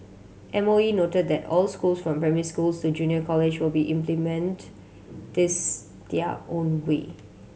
M O E noted that all schools from primary schools to junior college will be implement this their own way